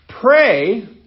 pray